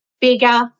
bigger